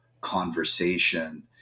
conversation